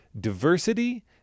diversity